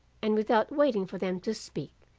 and without waiting for them to speak,